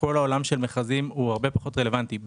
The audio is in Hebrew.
שכל העולם של המכרזים הרבה פחות רלוונטי אליו.